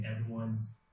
Everyone's